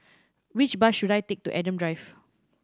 which bus should I take to Adam Drive